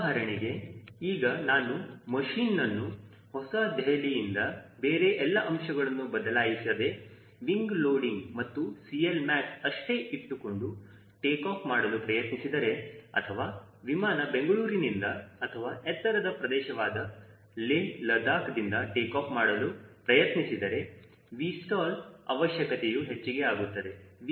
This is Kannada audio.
ಉದಾಹರಣೆಗೆ ಈಗ ನಾನು ಮಷೀನ್ಅನ್ನು ಹೊಸ ದೆಹಲಿಯಿಂದ ಬೇರೆ ಎಲ್ಲ ಅಂಶಗಳನ್ನು ಬದಲಾಯಿಸದೆ ವಿಂಗ್ ಲೋಡಿಂಗ್ ಮತ್ತು CLmax ಅಷ್ಟೇ ಇಟ್ಟುಕೊಂಡು ಟೇಕಾಫ್ ಮಾಡಲು ಪ್ರಯತ್ನಿಸಿದರೆ ಅಥವಾ ವಿಮಾನ ಬೆಂಗಳೂರಿನಿಂದ ಅಥವಾ ಎತ್ತರದ ಪ್ರದೇಶವಾದ ಲೇಹ್ ಲಡಾಖ್ ದಿಂದ ಟೇಕಾಫ್ ಮಾಡಲು ಯತ್ನಿಸಿದರೆ 𝑉stall ಅವಶ್ಯಕತೆಯು ಹೆಚ್ಚಿಗೆ ಆಗುತ್ತದೆ